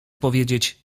powiedzieć